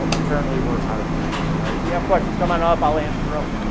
um apparently we're out of time, i'm sorry. if you have questions, come on up, i'll answer them.